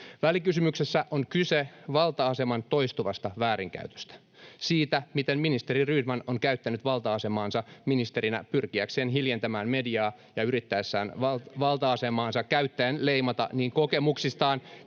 Välikysymyksessä on kyse valta-aseman toistuvasta väärinkäytöstä: siitä, miten ministeri Rydman on käyttänyt valta-asemaansa ministerinä pyrkiäkseen hiljentämään mediaa ja yrittääkseen valta-asemaansa käyttäen leimata niin kokemuksistaan